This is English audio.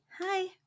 Hi